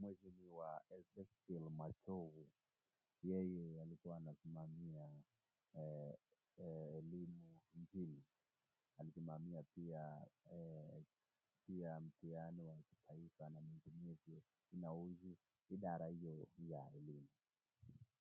mheshimiwa Ezekiel Machogu. Yeye alikuwa anasimamia elimu nchini. Alisimamia pia eh pia mtihani wa kitaifa na mimi nimezi zina uzi idara hiyo ya elimu.